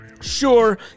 Sure